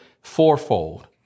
fourfold